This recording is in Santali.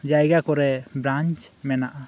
ᱡᱟᱭᱜᱟ ᱠᱚᱨᱮ ᱵᱨᱟᱧᱪ ᱢᱮᱱᱟᱜᱼᱟ